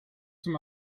zum